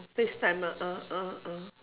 face time lah ah ah ah